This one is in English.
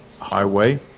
highway